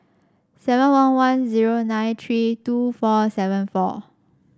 seven one one zero nine three two four seven four